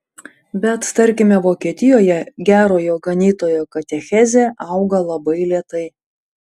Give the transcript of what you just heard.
bet tarkime vokietijoje gerojo ganytojo katechezė auga labai lėtai